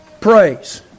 praise